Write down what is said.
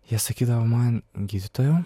jie sakydavo man gydytojau